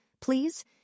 please